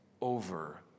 over